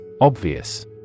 Obvious